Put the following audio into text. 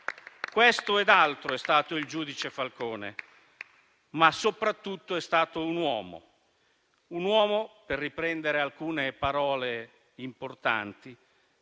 Questo ed altro è stato il giudice Falcone, ma soprattutto è stato un uomo - per riprendere alcune parole importanti